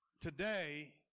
Today